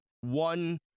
one